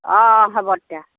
অঁ অঁ হ'ব তেতিয়া